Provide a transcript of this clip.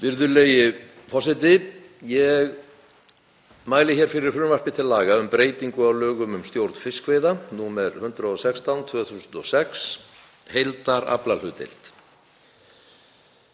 Virðulegi forseti. Ég mæli hér fyrir frumvarpi til laga um breytingu á lögum um stjórn fiskveiða, nr. 116/2006 (heildaraflahlutdeild).